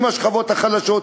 עם השכבות החלשות,